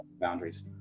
boundaries